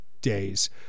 days